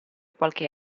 qualche